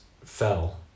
fell